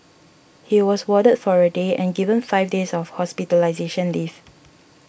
he was warded for a day and given five days of hospitalisation leave